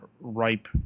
ripe